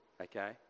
Okay